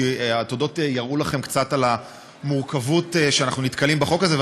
כי התודות ייראו לכם קצת את המורכבות שאנחנו נתקלים בה בחוק הזה,